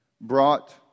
brought